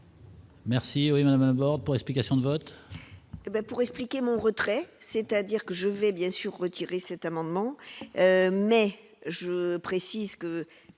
Merci un Bordeaux, explications de vote. Pour expliquer mon retrait, c'est-à-dire que je vais bien sûr retirer cet amendement mais je précise que